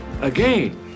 again